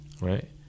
right